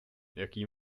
jaký